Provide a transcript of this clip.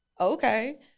okay